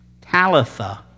Talitha